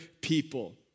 people